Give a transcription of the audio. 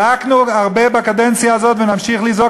זעקנו הרבה בקדנציה הזאת, ונמשיך לזעוק.